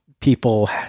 People